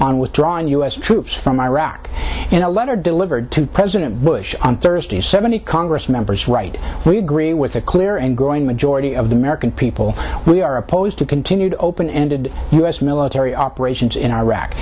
on withdrawing u s troops from a iraq in a letter delivered to president bush on thursday seventy congress members right we agree with a clear and growing majority of the american people we are opposed to continued open ended u s military operations in iraq